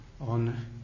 on